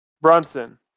Brunson